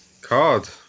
card